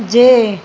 जे